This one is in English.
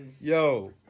Yo